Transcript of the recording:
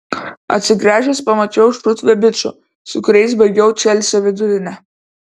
atsigręžęs pamačiau šutvę bičų su kuriais baigiau čelsio vidurinę